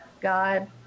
god